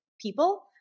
people